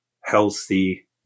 healthy